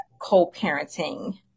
co-parenting